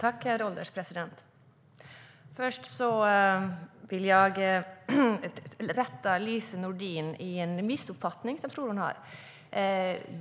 Herr ålderspresident! Först vill jag rätta Lise Nordin. Hon har nog missuppfattat mig.